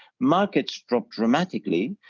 markets drop dramatically.